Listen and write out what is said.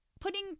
putting